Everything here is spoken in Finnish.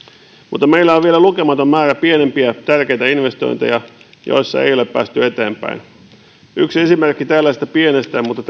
mutta meillä on vielä lukematon määrä pienempiä tärkeitä investointeja joissa ei ole päästy eteenpäin yksi esimerkki tällaisesta pienestä mutta